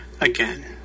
again